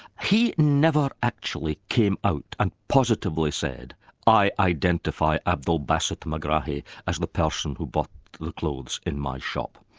he never actually came out and positively said i identify abdel bassett megrahi as the person who bought the clothes in my shop.